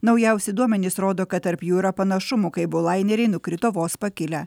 naujausi duomenys rodo kad tarp jų yra panašumų kai abu laineriai nukrito vos pakilę